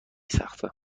سخته